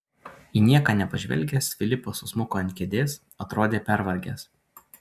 į nieką nepažvelgęs filipas susmuko ant kėdės atrodė pervargęs